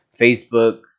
Facebook